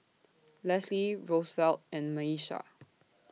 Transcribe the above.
Lesley Rosevelt and Miesha